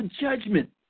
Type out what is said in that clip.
judgment